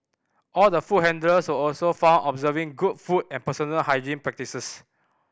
all the food handlers also found observing good food and personal hygiene practices